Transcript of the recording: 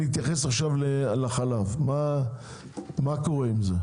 בואו נתייחס עכשיו לחלב, מה קורה עם זה?